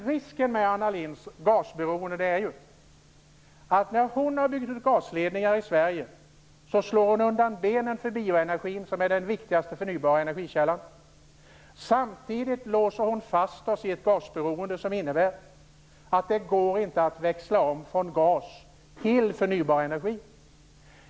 Risken med Anna Lindhs gasberoende är ju att när hon har byggt ut gasledningar i Sverige slår hon undan benen för bioenergin, som är den viktigaste förnybara energikällan. Samtidigt låser hon fast oss i ett gasberoende som innebär att det inte går att växla om från gas till förnybar energi.